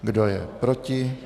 Kdo je proti?